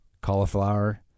cauliflower